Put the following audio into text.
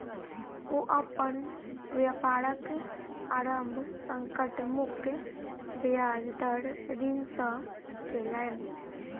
ओ अपन व्यापारक आरम्भ संकट मुक्त ब्याज दर ऋण सॅ केलैन